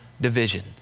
division